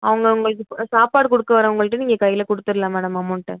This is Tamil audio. அவங்க உங்களுக்கு இப்போ சாப்பாடு கொடுக்க வரவுங்கள்கிட்ட நீங்கள் கையில் கொடுத்துர்லாம் மேடம் அமௌண்ட்டை